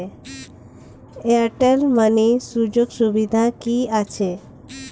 Airtel money সুযোগ সুবিধা কি আছে?